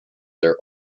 their